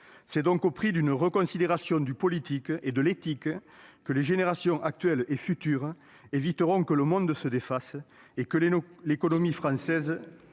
C'est donc au prix d'une reconsidération du politique et de l'éthique que les générations actuelles et futures éviteront « que le monde se défasse » et que l'économie française